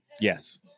yes